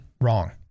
wrong